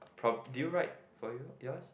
prob~ did you write for you yes